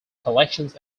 collections